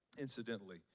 incidentally